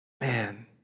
Man